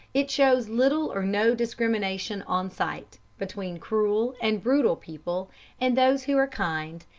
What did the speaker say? it shows little or no discrimination on sight, between cruel and brutal people and those who are kind,